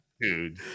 dude